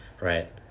right